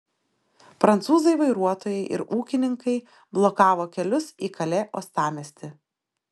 prancūzai vairuotojai ir ūkininkai blokavo kelius į kalė uostamiestį